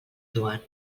joan